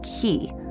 key